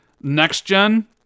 next-gen